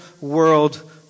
world